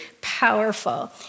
powerful